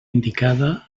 indicada